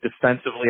defensively